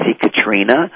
Katrina